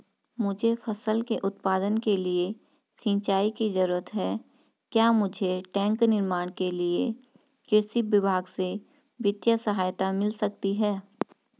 मुझे फसल के उत्पादन के लिए सिंचाई की जरूरत है क्या मुझे टैंक निर्माण के लिए कृषि विभाग से वित्तीय सहायता मिल सकती है?